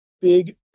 big